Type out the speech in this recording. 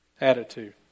attitude